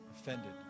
Offended